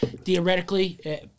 Theoretically